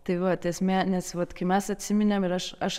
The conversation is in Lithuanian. tai va tai esmė nes vat kai mes atsiminėm ir aš aš